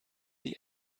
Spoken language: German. die